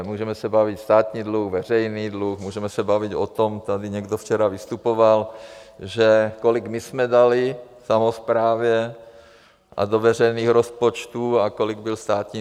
Můžeme se bavit státní dluh, veřejný dluh, můžeme se bavit o tom, tady někdo včera vystupoval, že kolik my jsme dali samosprávě a do veřejných rozpočtů a kolik byl státní dluh.